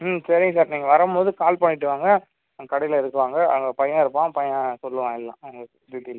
ம் சரிங்க சார் நீங்கள் வரும்போது கால் பண்ணிவிட்டு வாங்க அங்கே கடையில் இருக்குவாங்க அங்கே பையன் இருப்பான் பையன் சொல்லுவான் எல்லாம் உங்களுக்கு டீட்டெயில்